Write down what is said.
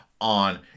on